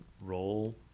role